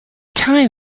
time